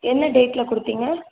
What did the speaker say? என்ன டேட்டில் கொடுத்தீங்க